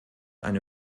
eine